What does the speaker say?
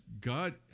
God